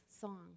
song